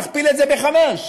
נכפיל את זה בחמישה.